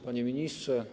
Panie Ministrze!